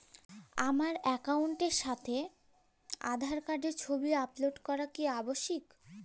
আমার অ্যাকাউন্টের সাথে আধার কার্ডের ছবি আপলোড করা কি আবশ্যিক?